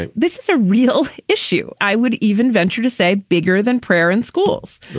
like this is a real issue. i would even venture to say bigger than prayer in schools,